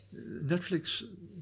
Netflix